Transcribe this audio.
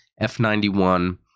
F91